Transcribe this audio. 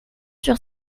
sur